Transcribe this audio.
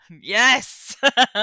Yes